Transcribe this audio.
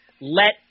let